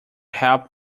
helped